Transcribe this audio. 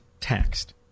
taxed